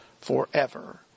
forever